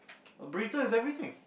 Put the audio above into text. burrito is everything